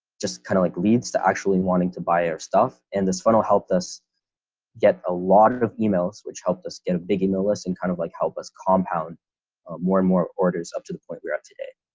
just kind of like leads to actually wanting to buy our stuff and this funnel helped us get a lot of emails which helped us get a thinking the lesson kind of like, help us compound more and more orders up to the point we're at today.